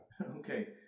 Okay